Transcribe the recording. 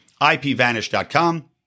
ipvanish.com